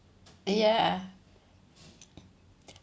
ya